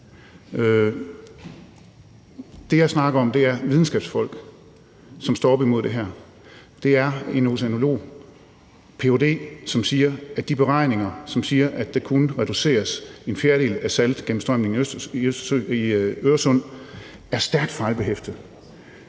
Det, jeg snakker om, er videnskabsfolk, som står op imod det her, det er en oceanolog, en ph.d., som siger, at de beregninger, som siger, at der kun reduceres en fjerdedel af saltgennemstrømningen i Øresund, er stærkt fejlbehæftede.